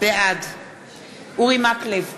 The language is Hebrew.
בעד אורי מקלב,